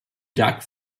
duck